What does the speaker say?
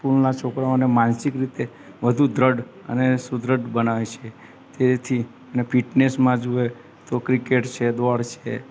સ્કૂલના છોકરાઓને માનસિક રીતે વધુ દ્રઢ અને સુદ્રઢ બનાવે છે તેથી અને ફિટનેસમાં જોવે તો ક્રિકેટ છે દોડ સે